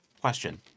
Question